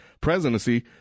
presidency